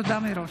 תודה מראש.